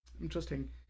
interesting